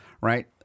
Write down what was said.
right